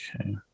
Okay